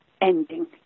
ending